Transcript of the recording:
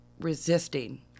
resisting